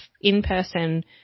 in-person